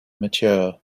mature